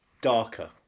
darker